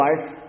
life